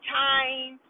time